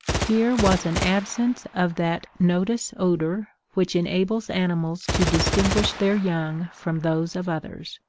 here was an absence of that notus odor which enables animals to distinguish their young from those of others,